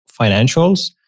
financials